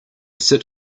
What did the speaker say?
sit